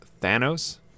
Thanos